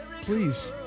Please